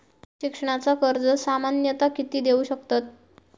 शिक्षणाचा कर्ज सामन्यता किती देऊ शकतत?